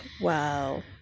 Wow